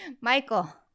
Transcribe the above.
michael